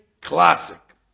classic